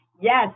Yes